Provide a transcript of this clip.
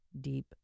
deep